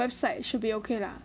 website should be okay lah